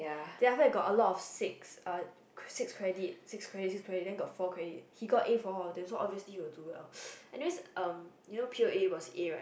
then after that got a lot of six uh six credit six credit then got four credit he got A for all of them so obviously he will do well anyways um you know p_o_a was A right